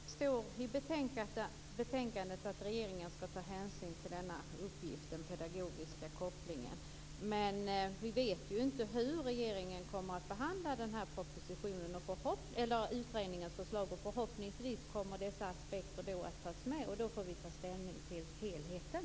Fru talman! Det är det också för Miljöpartiet, och det står i betänkandet att regeringen skall ta hänsyn till denna uppgift, den pedagogiska kopplingen. Vi vet ju inte hur regeringen kommer att behandla utredningens förslag. Förhoppningvis kommer dessa aspekter att tas med, och då får vi ta ställning till helheten.